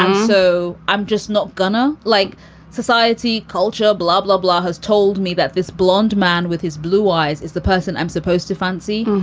so i'm just not gonna like society. culture, blah, blah, blah has told me that this blond man with his blue eyes is the person i'm supposed to fancy.